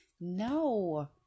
No